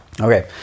Okay